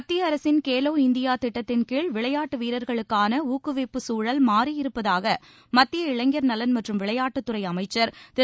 மத்திய அரசின் கேலோ இந்தியா திட்டத்தின் கீழ் விளையாட்டு வீரர்களுக்கான ஊக்குவிப்பு சூழல் மாறியிருப்பதாக மத்திய இளைஞர் நலன் மற்றும் விளையாட்டுத்துறை அமைச்சர் திரு